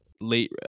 late